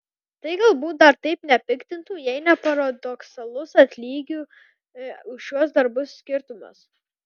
tai galbūt dar taip nepiktintų jei ne paradoksalus atlygių už šiuos darbus skirtumas